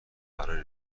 برای